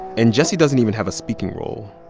and jesse doesn't even have a speaking role.